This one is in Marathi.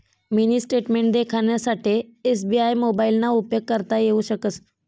मिनी स्टेटमेंट देखानासाठे एस.बी.आय मोबाइलना उपेग करता येऊ शकस